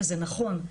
וזה נכון,